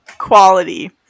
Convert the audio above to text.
quality